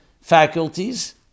faculties